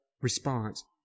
response